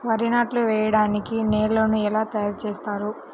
వరి నాట్లు వేయటానికి నేలను ఎలా తయారు చేస్తారు?